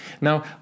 Now